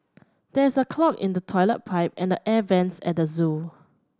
there is a clog in the toilet pipe and the air vents at the zoo